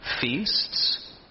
feasts